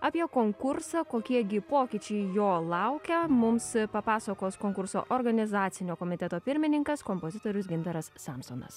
apie konkursą kokie gi pokyčiai jo laukia mums papasakos konkurso organizacinio komiteto pirmininkas kompozitorius gintaras samsonas